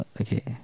okay